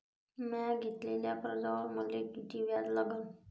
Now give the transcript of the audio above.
म्या घेतलेल्या कर्जावर मले किती व्याज लागन?